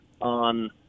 on